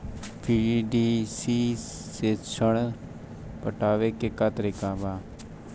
PDC से ऋण पटावे के का तरीका ह?